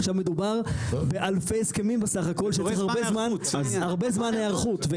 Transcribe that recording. עכשיו מדובר באלפי הסכמים בסך הכל שצריך הרבה זמן ההיערכות,